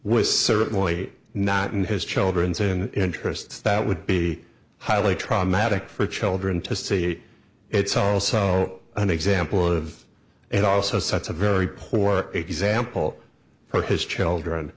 was certainly not in his children's in interests that would be highly traumatic for children to see it's also an example of it also sets a very poor example for his children